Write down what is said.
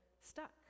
stuck